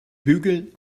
bügel